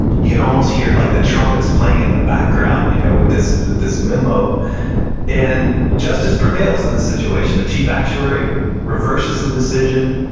you can almost hear like the trumpets playing in the background you know with this with this memo and justice prevails in this situation. the chief actuary reverses the decision,